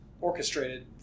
orchestrated